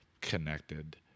connected